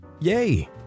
Yay